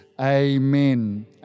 amen